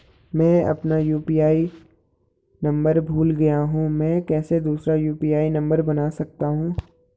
मैं अपना UPI number भूल गया हूँ मैं कैसे दूसरा यु.पी.आई नम्बर बना सकता हूँ?